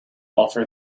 offer